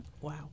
Wow